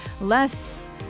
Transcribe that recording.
less